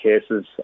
cases